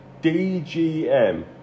DGM